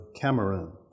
Cameroon